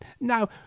Now